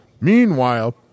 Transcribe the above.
Meanwhile